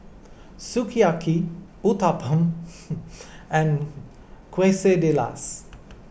Sukiyaki Uthapam and Quesadillas